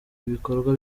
ibikorwa